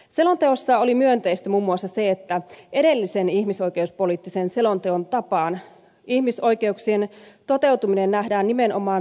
selonteossa oli myönteistä muun muassa se että edellisen ihmisoikeuspoliittisen selonteon tapaan ihmisoikeuksien toteutuminen nähdään nimenomaan turvallisuuskysymyksenä